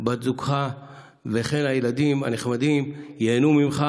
בת זוגך וכן הילדים הנחמדים ייהנו ממך.